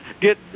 get